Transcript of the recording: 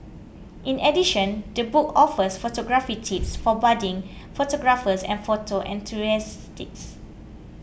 in addition the book offers photography tips for budding photographers and photo enthusiastic